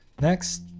Next